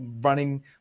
running